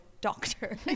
doctor